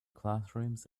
classrooms